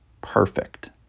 perfect